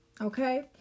Okay